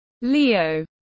Leo